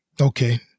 Okay